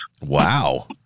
Wow